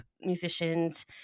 musicians